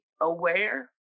aware